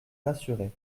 rassurés